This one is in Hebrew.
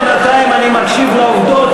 בינתיים אני מקשיב לעובדות,